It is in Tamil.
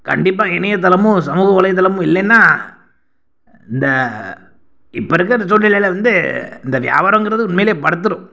கண்டிப்பாக இணையதளமும் சமூக வலைத்தளமும் இல்லைன்னா இந்த இப்போ இருக்கிற சூழ்நிலையில வந்து இந்த வியாபாரங்குறது உண்மையில் படுத்துரும்